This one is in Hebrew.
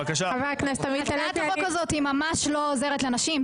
הצעת החוק הזאת ממש לא עוזרת לנשים,